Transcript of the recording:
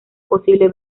posible